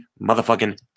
motherfucking